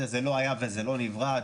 זה לא היה וזה לא נברא,